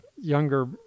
younger